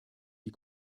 die